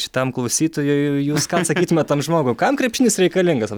šitam klausytojui jūs ką sakytumėt tam žmogui kam krepšinis reikalingas